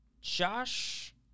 Josh